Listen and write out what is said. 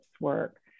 work